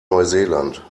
neuseeland